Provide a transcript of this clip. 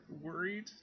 worried